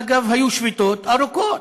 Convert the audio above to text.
אגב, היו שביתות ארוכות,